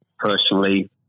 personally